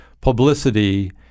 publicity